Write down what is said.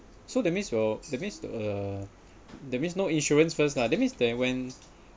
so that means your that means uh that means no insurance first lah that means then when